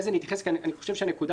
הנקודה